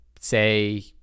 say